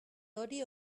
hori